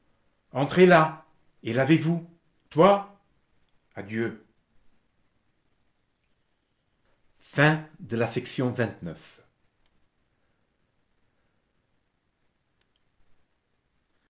entrez là et lavez vous toi adieu